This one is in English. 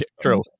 true